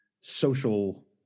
social